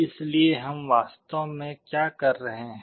इसलिए हम वास्तव में कर क्या रहे हैं